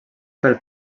pel